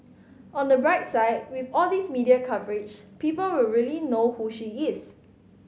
on the bright side with all these media coverage people will really know who she is